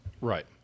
Right